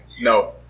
No